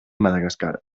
madagascar